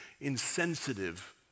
insensitive